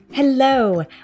Hello